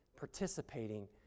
participating